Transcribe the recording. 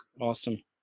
Awesome